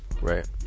Right